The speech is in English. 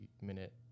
minute